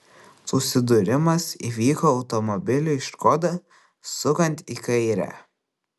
susidūrimas įvyko automobiliui škoda sukant į kairę